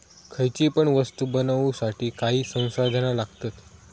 खयची पण वस्तु बनवुसाठी काही संसाधना लागतत